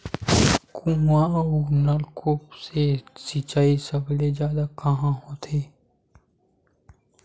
कुआं अउ नलकूप से सिंचाई सबले जादा कहां होथे?